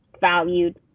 valued